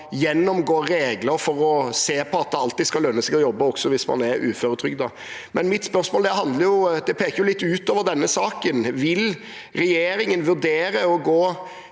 gjennomgå regler for å se på at det alltid skal lønne seg å jobbe, også hvis man er uføretrygdet. Men mitt spørsmål peker litt utover denne saken. Vil regjeringen vurdere å gå